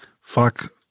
Fuck